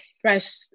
fresh